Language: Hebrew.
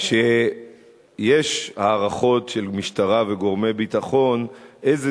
כשיש היערכות של משטרה וגורמי ביטחון איזה